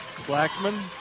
Blackman